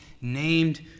named